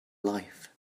life